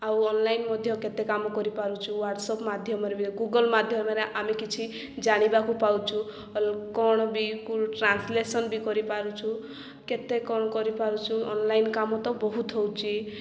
ଆଉ ଅନ୍ଲାଇନ୍ ମଧ୍ୟ କେତେ କାମ କରିପାରୁଛୁ ହ୍ୱାଟସ୍ଆପ୍ ମାଧ୍ୟମରେ ବି ଗୁଗଲ୍ ମାଧ୍ୟମରେ ଆମେ କିଛି ଜାଣିବାକୁ ପାଉଛୁ କ'ଣ ବି ଟ୍ରାନ୍ସଲେସ୍ନ୍ ବି କରିପାରୁଛୁ କେତେ କ'ଣ କରିପାରୁଛୁ ଅନ୍ଲାଇନ୍ କାମ ତ ବହୁତ ହଉଛି